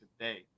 today